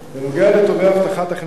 בנוגע לתובעי הבטחת הכנסה,